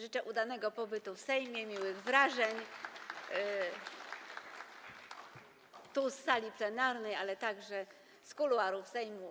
Życzę udanego pobytu w Sejmie, miłych wrażeń z sali plenarnej, ale także z kuluarów Sejmu.